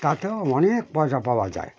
তাতেও অনেক পয়সা পাওয়া যায়